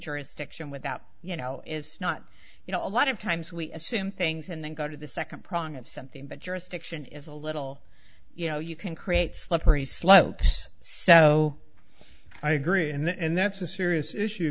jurisdiction without you know it's not you know a lot of times we assume things and then go to the second prong of something but jurisdiction is a little you know you can create slippery slope so i agree and that's a serious issue